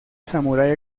samurái